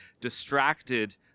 distracted